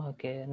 Okay